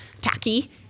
tacky